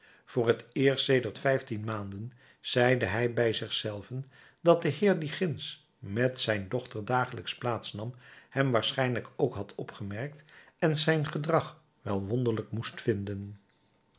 voor het eerst sedert vijftien maanden zeide hij bij zich zelven dat de heer die ginds met zijn dochter dagelijks plaats nam hem waarschijnlijk ook had opgemerkt en zijn gedrag wel wonderlijk moest vinden